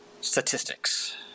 statistics